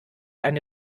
eine